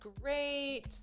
great